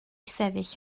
sefyll